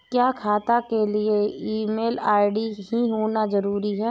क्या खाता के लिए ईमेल आई.डी होना जरूरी है?